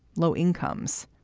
low incomes,